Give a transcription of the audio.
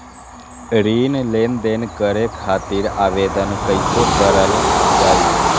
ऋण लेनदेन करे खातीर आवेदन कइसे करल जाई?